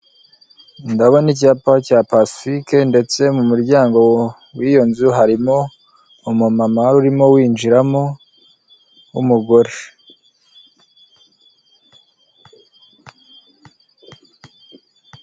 Ndabona icyapa cya pacifike ndetse mu muryango w'iyo nzu harimo umumama urimo winjiramo w'umugore